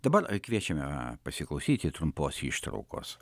dabar kviečiame pasiklausyti trumpos ištraukos